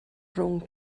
rhwng